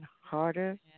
harder